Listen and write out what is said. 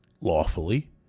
lawfully